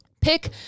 pick